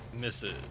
Misses